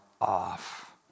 off